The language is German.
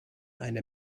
eine